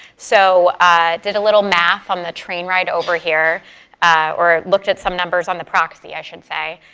so did a little math on the train ride over here or looked at some numbers on the proxy, i should say.